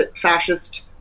fascist